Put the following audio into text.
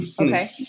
Okay